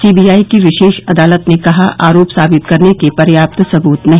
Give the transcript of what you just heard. C B I की विशेष अदालत ने कहा आरोप साबित करने के पर्याप्त सबूत नहीं